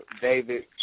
David